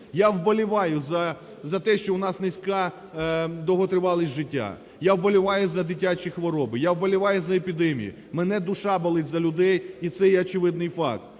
Я вболіваю за те, що у нас низькадовготривалість життя, я вболіваю за дитячі хвороби, я вболіваю за епідемії, в мене душа болить за людей і це є очевидний факт.